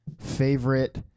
favorite